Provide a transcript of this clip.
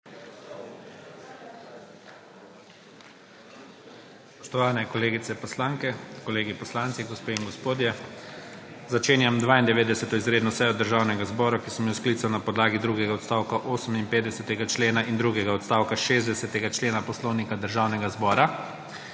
Spoštovane kolegice poslanke, kolegi poslanci, gospe in gospodje! Začenjam 92. izredno sejo Državnega zbora, ki sem jo sklical na podlagi drugega odstavka 58. člena in drugega odstavka 60. člena Poslovnika Državnega zbora.